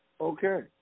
okay